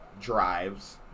drives